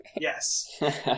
Yes